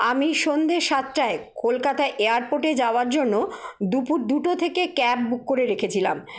আমি সন্ধ্যে সাতটায় কলকাতা এয়ারপোর্টে যাওয়ার জন্য দুপুর দুটো থেকে ক্যাব বুক করে রেখেছিলাম